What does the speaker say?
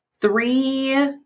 Three